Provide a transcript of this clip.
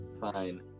fine